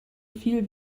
viel